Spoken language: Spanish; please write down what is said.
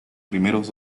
primeros